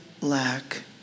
lack